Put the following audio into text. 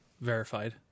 Verified